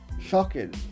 shocking